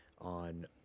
on